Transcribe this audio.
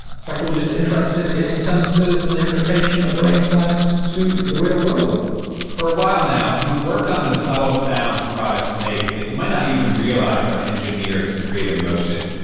psychologist interested in the sensors and the application of brain science to the real world for a while now, he's worked on the subtle sounds products make that you might not even realize are engineered to create emotion.